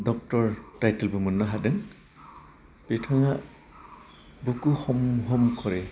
doctor टाइटेलबो मोन्नो हादों बिथाङा भुखु हम हम खरे